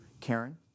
Karen